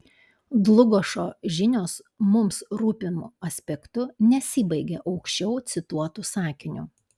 dlugošo žinios mums rūpimu aspektu nesibaigia aukščiau cituotu sakiniu